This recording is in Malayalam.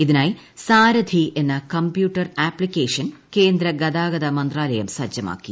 ഇതിനായി സാരഥി എന്ന കംപ്യൂട്ടർ ആപ്തിക്ക്ക്ഷ്ൻ കേന്ദ്ര ഗതാഗതമന്ത്രാലയം സജ്ജമാക്കി